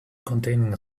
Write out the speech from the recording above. containing